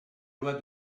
loi